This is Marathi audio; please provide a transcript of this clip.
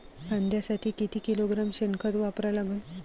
कांद्यासाठी किती किलोग्रॅम शेनखत वापरा लागन?